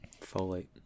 folate